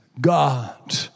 God